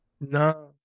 No